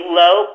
low